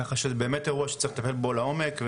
ככה שזה באמת אירוע שצריך לטפל בו לעומק,